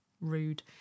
Rude